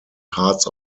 hearts